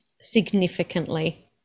significantly